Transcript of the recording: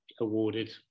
awarded